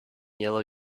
yellow